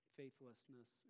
faithlessness